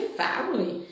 family